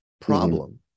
problem